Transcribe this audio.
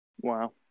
Wow